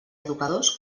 educadors